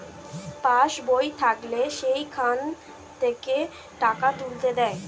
pass বই থাকলে সেখান থেকে টাকা তুলতে দেয়